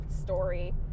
story